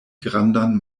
grandan